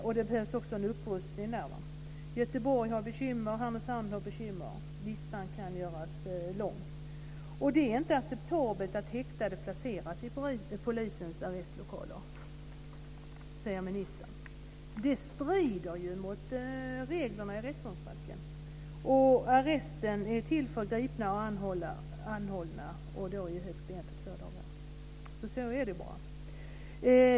Där behövs det också en upprustning. Göteborg har bekymmer. Härnösand har bekymmer. Listan kan göras lång. Det är inte acceptabelt att häktade placeras i polisens arrestlokaler, säger ministern. Det strider mot reglerna i rättegångsbalken. Arresten är till för gripna och anhållna, och då i högst en till två dagar. Så är det bara.